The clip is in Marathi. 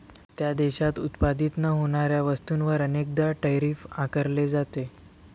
त्या देशात उत्पादित न होणाऱ्या वस्तूंवर अनेकदा टैरिफ आकारले जाते